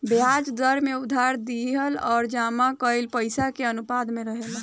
ब्याज दर में उधार दिहल आ जमा कईल पइसा के अनुपात में रहेला